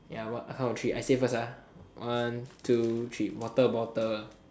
ya what count to three I say first ah one two three water bottle